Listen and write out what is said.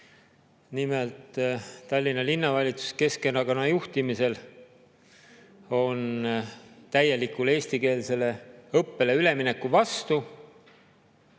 Nimelt, Tallinna Linnavalitsus Keskerakonna juhtimisel on täielikule eestikeelsele õppele ülemineku vastu.